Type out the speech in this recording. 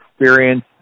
experience